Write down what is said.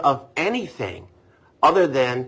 of anything other than